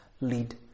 lead